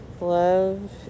Love